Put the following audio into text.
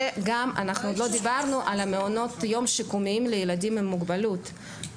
אנחנו עוד לא דיברנו על מעונות יום שיקומיים לילדים עם מוגבלות.